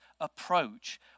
approach